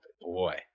boy